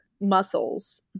muscles